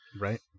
Right